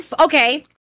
okay